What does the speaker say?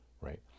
right